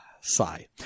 sigh